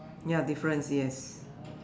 ya difference yes